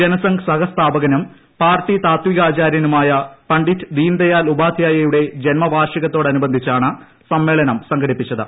ജനസംഘ് സഹസ്ഥാപകനും പാർട്ടി താത്വിക ആചാര്യനുമായ പണ്ഡിറ്റ് ദീൻദയാൽ ഉപാധ്യായുടെ ജന്മവാർഷികത്തോടനുബന്ധിച്ചാണ് സമ്മേഴ്ളൂനം സംഘടിപ്പിച്ചത്